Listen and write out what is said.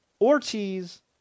Ortiz